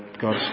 God